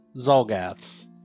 Zolgaths